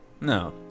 No